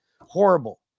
horrible